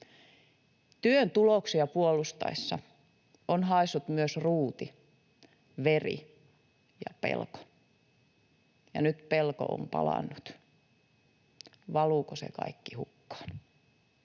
Työn tuloksia puolustettaessa on haissut myös ruuti, veri ja pelko. Ja nyt pelko on palannut: valuuko se kaikki hukkaan?